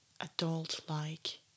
adult-like